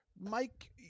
Mike